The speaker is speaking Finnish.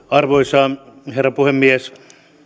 arvoisa herra puhemies